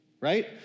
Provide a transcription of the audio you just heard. Right